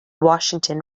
washington